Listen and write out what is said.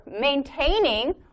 maintaining